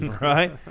right